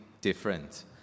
Different